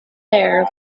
air